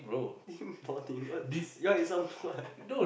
team bonding what ya is some what